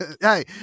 Hey